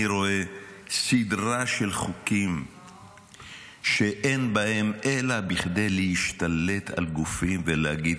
אני רואה סדרה של חוקים שאין בהם אלא כדי להשתלט על גופים ולהגיד,